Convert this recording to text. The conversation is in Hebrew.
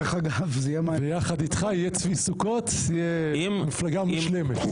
ויחד איתך יהיה צבי סוכות, תהיה מפלגה מושלמת.